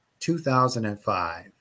2005